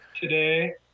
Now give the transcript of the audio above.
today